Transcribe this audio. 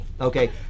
Okay